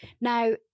Now